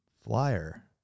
flyer